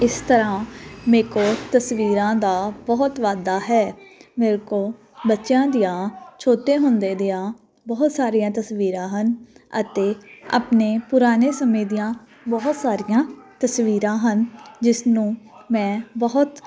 ਇਸ ਤਰ੍ਹਾਂ ਮੇਕੋ ਤਸਵੀਰਾਂ ਦਾ ਬਹੁਤ ਵਾਧਾ ਹੈ ਮੇਰੇ ਕੋਲ ਬੱਚਿਆਂ ਦੀਆਂ ਛੋਟੇ ਹੁੰਦੇ ਦੀਆਂ ਬਹੁਤ ਸਾਰੀਆਂ ਤਸਵੀਰਾਂ ਹਨ ਅਤੇ ਆਪਣੇ ਪੁਰਾਣੇ ਸਮੇਂ ਦੀਆਂ ਬਹੁਤ ਸਾਰੀਆਂ ਤਸਵੀਰਾਂ ਹਨ ਜਿਸ ਨੂੰ ਮੈਂ ਬਹੁਤ